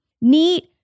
neat